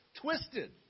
twisted